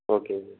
okay